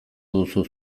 duzu